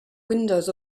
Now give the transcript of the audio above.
windows